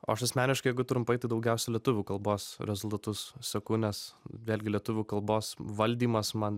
aš asmeniškai trumpai tai daugiausia lietuvių kalbos rezultatus seku nes vėlgi lietuvių kalbos valdymas man